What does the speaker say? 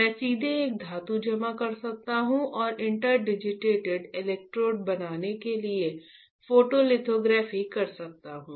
मैं सीधे एक धातु जमा कर सकता हूं और इंटरडिजीटेटेड इलेक्ट्रोड बनाने के लिए फोटोलिथोग्राफी कर सकता हूं